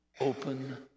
open